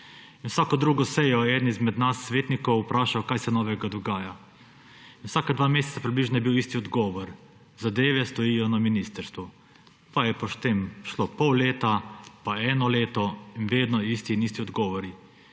Vsako drugo sejo je eden izmed nas svetnikov vprašal, kaj se novega dogaja, vsaka dva meseca približno je bil isti odgovor, da zadeve stojijo na ministrstvu. Pa je po tem šlo pol leta, pa eno leto in vedno isti in isti odgovori.